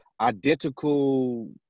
identical